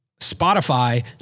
Spotify